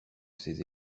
ces